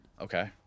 Okay